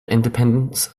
independence